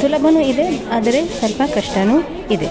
ಸುಲಭವು ಇದೆ ಆದರೆ ಸ್ವಲ್ಪ ಕಷ್ಟವು ಇದೆ